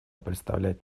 представлять